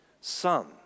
Son